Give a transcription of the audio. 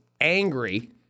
angry